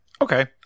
Okay